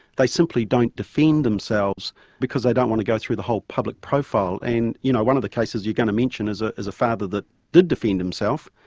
they simply don't defend themselves because they don't want to go through the whole public profile, and you know one of the cases you're going to mention is ah is a father that did defend himself.